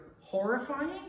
horrifying